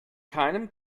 keinem